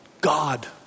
God